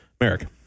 Merrick